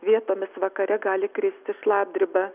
vietomis vakare gali kristi šlapdriba